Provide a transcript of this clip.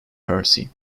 hersey